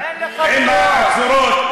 עם הצורות,